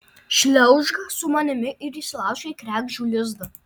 šliaužk su manimi ir įsilaužk į kregždžių lizdą